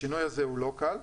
השינוי הזה הוא לא קל,